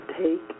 Take